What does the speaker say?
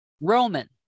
Roman